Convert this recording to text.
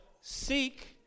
seek